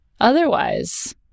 otherwise